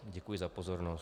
Děkuji za pozornost.